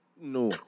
No